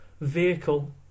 vehicle